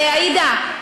עאידה,